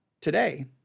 today